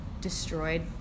destroyed